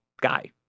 guy